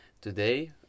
today